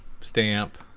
stamp